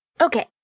Okay